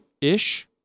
ish